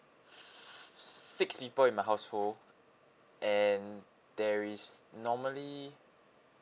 six people in my household and there is normally